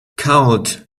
count